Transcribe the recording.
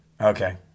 Okay